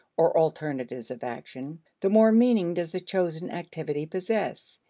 or alternatives of action, the more meaning does the chosen activity possess,